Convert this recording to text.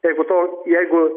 jeigu to jeigu